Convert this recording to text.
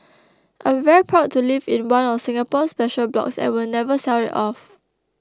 I'm very proud to live in one of Singapore's special blocks and will never sell it off